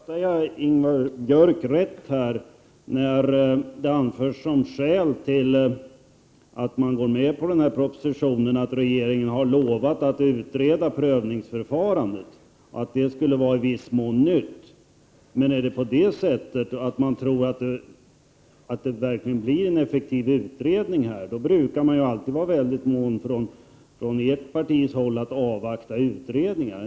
Herr talman! Fattar jag Ingvar Björk rätt — att det som skäl till att man går med på den här propositionen anförs att regeringen har lovat att utreda prövningsförfarandet, och att det skulle vara något i viss mån nytt? Men om man tror att det verkligen blir en effektiv utredning här, vill jag säga att man ju från ert parti i sådana fall alltid brukar vara väldigt mån om att avvakta utredningar.